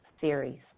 Series